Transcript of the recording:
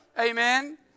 Amen